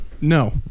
No